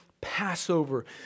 Passover